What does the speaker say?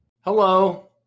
Hello